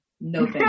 no